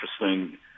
interesting